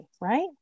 right